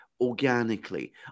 organically